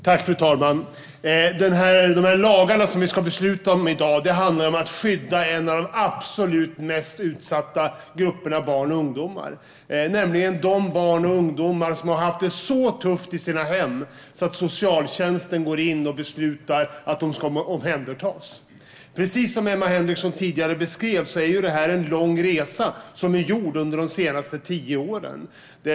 Fru talman! De lagar vi ska besluta om i dag handlar om att skydda en av de absolut mest utsatta grupperna barn och ungdomar, nämligen de barn och ungdomar som har haft det så tufft i sina hem att socialtjänsten går in och beslutar att de ska omhändertas. Precis som Emma Henriksson tidigare beskrev är det en lång resa som gjorts de senaste tio åren.